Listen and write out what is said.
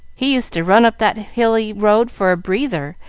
he used to run up that hilly road for a breather,